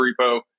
repo